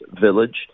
village